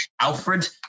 Alfred